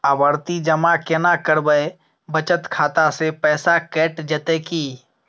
आवर्ति जमा केना करबे बचत खाता से पैसा कैट जेतै की?